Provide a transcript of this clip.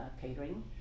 catering